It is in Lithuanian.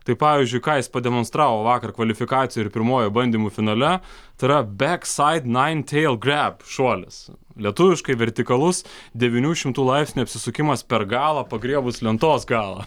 tai pavyzdžiui ką jis pademonstravo vakar kvalifikacijoj ir pirmuoju bandymu finale tai yra bek said nain teil greb šuolis lietuviškai vertikalus devynių šimtų laipsnių apsisukimas per galą pagriebus lentos galą